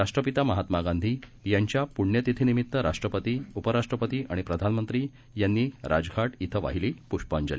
राष्ट्रपिता महात्मागांधीयांच्यापुण्यतिथीनिमित्तराष्ट्रपती उपराष्ट्रपतीआणिप्रधानमंत्रीयांनी राजघा ्रिथंवाहीली पुष्पांजली